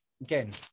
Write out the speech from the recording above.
Again